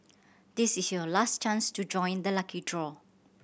this is your last chance to join the lucky draw